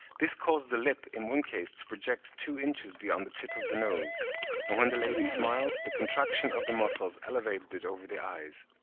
this caused the lip in one case to project two inches beyond the tip of the nose and when the lady smiled, the contraction of the muscles elevated it over the eyes.